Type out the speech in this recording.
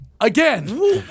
Again